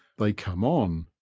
they come on,